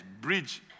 bridge